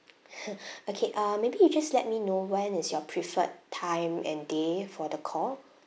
okay uh maybe you just let me know when is your preferred time and day for the call